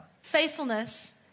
faithfulness